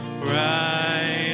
right